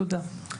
תודה.